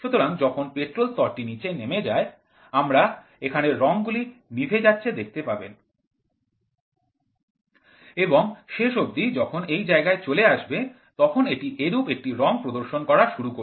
সুতরাং যখন পেট্রোল স্তরটি নীচে নেমে যায় আপনার এখানে রং গুলি নিভে যাচ্ছে দেখতে পাবেন এবং শেষ অবধি যখন এই জায়গায় চলে আসবে তখন এটি এরূপ একটি রং প্রদর্শন করা শুরু করবে